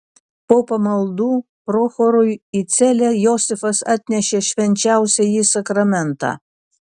po pamaldų prochorui į celę josifas atnešė švenčiausiąjį sakramentą